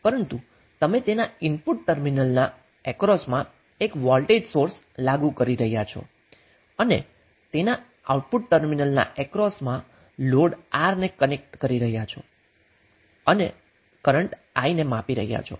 પરંતુ તમે તેના ઇનપુટ ટર્મિનલ ના એક્રોસમા એક વોલ્ટેજ સોંર્સ લાગુ કરી રહ્યા છો અને તેના આઉટપુટ ટર્મિનલ ના એક્રોસમા લોડ R ને કનેક્ટ કરી રહ્યા છો અને તમે કરન્ટ i ને માપી રહ્યા છો